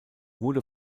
wurde